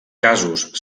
casos